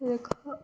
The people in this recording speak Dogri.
इक